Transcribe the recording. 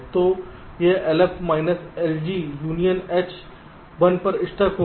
तो यह LF minus LG union H 1 पर स्टक होगा